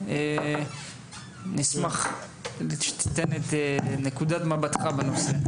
נשמח שניתן את נקודת מבטך בנושא.